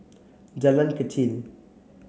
Jalan Kechil